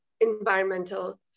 environmental